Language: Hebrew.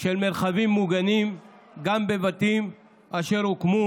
של מרחבים מוגנים גם בבתים אשר הוקמו